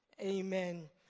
Amen